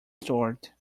stored